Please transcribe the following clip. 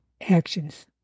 actions